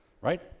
right